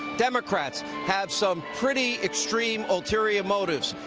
democrats have some pretty extreme ulterior motives.